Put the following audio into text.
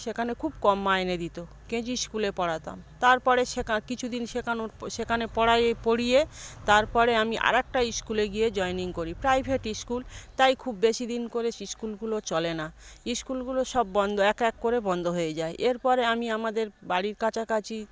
সেখানে খুব কম মাইনে দিত কে জি স্কুলে পড়াতাম তার পরে সেখান কিছু দিন সেখানের সেখানে পড়িয়ে পড়িয়ে তার পরে আমি আর একটা স্কুলে গিয়ে জয়েনিং করি প্রাইভেট স্কুল তাই খুব বেশিদিন করে স্কুলগুলো চলে না স্কুলগুলো সব বন্ধ এক এক করে বন্ধ হয়ে যায় এর পরে আমি আমাদের বাড়ির কাছাকাছি